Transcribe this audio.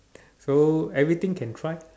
so everything can try